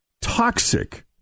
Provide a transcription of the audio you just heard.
Toxic